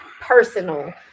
Personal